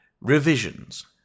revisions